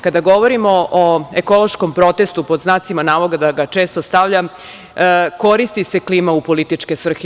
Kada govorimo o ekološkom protestu, pod znacima navoda ga često stavljam, koristi se klima u političke svrhe.